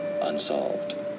unsolved